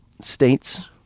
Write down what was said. states